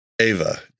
Ava